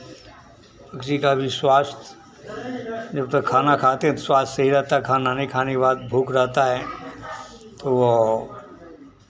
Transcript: पक्षी का भी स्वास्थ्य जब तक खाना खाते हैं तो स्वास्थ्य सही रहता है खाना नहीं खाने के बाद भूख रहता है तो वो